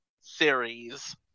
series